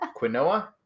Quinoa